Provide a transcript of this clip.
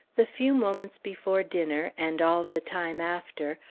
the few moments before dinner, and all the time after,